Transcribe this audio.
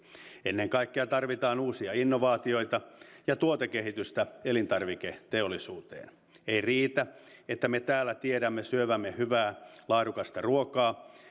ennen kaikkea tarvitaan uusia innovaatioita ja tuotekehitystä elintarviketeollisuuteen ei riitä että me täällä tiedämme syövämme hyvää laadukasta ruokaa